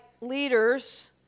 leaders